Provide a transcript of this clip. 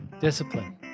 Discipline